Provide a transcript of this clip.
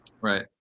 Right